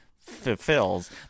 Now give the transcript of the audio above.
fulfills